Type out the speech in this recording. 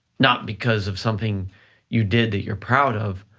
not because of something you did that you're proud of,